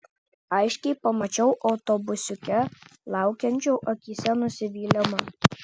aiškiai pamačiau autobusiuke laukiančio akyse nusivylimą